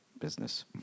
business